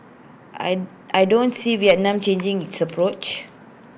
I I don't see Vietnam changing its approach